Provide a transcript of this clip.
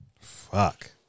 fuck